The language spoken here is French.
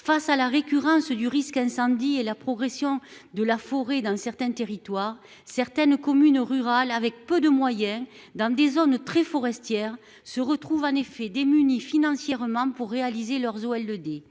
face à la récurrence du risque incendie et la progression de la forêt d'un certain territoire certaines communes rurales avec peu de moyens, dans des zones très forestière se retrouvent en effet démunies financièrement pour réaliser leurs au